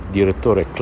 direttore